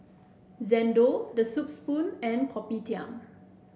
Xndo The Soup Spoon and Kopitiam